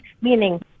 meaning